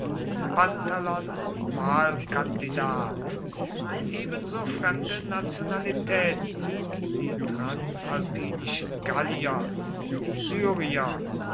wahlkandidat ebenso fremde nationalitäten die transalpinischen gallier die